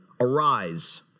Arise